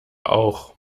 auch